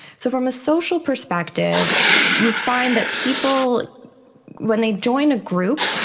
so from a social perspective you find that people when they join a group,